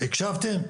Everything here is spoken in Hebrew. הקשבתם,